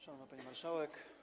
Szanowna Pani Marszałek!